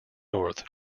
north